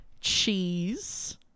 cheese